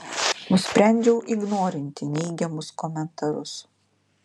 nusprendžiau ignorinti neigiamus komentarus